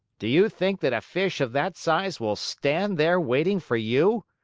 do you think that a fish of that size will stand there waiting for you?